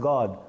God